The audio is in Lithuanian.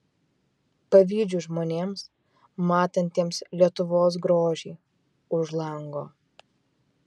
pavydžiu žmonėms matantiems lietuvos grožį už lango